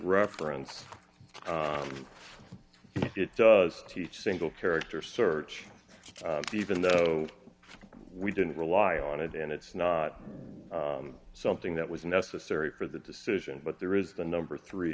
reference it does teach single character search even though we didn't rely on it and it's not something that was necessary for the decision but there is the number three